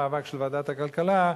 מאבק של ועדת הכלכלה,